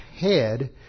head